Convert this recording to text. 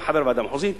וגם חבר ועדה מחוזית.